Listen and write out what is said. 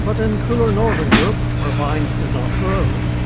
but in cooler northern europe where vines did not grow,